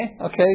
Okay